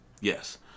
yes